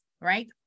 right